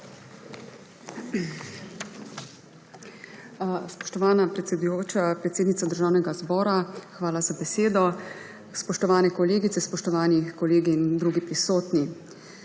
Spoštovana predsednica Državnega zbora, hvala za besedo. Spoštovane kolegice, spoštovani kolegi in drugi prisotni!